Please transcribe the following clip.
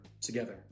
together